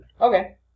Okay